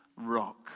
rock